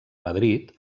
madrid